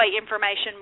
information